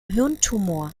hirntumor